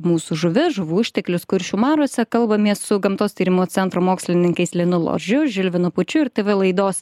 mūsų žuvis žuvų išteklius kuršių mariose kalbamės su gamtos tyrimų centro mokslininkais linu ložiu žilvinu pučiu ir tv laidos